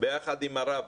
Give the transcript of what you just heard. ביחד עם הרב